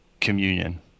communion